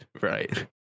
Right